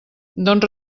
doncs